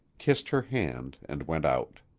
kissed her hand, and went out.